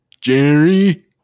Jerry